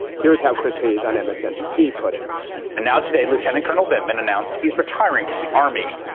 here's how chris hayes on msnbc put it and now today, lieutenant colonel vim and announced he's retiring from the army,